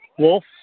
Wolf